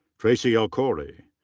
tracy el khoury.